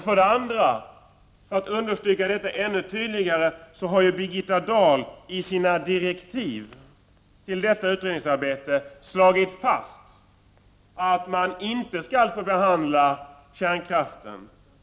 För att understryka detta ännu tydligare har Birgitta Dahl i sina direktiv till detta utredningsarbete slagit fast att man inte skall behandla kärnkraften.